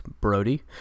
brody